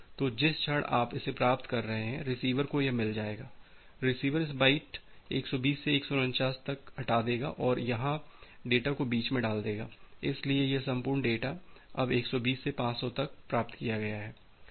तो जिस क्षण आप इसे प्राप्त कर रहे हैं रिसीवर को यह मिल जाएगा रिसीवर इस बाइट 120 से 149 तक हटा देगा और यहां डेटा को बीच में डाल देगा इसलिए यह संपूर्ण डेटा अब 120 से 500 तक प्राप्त किया गया है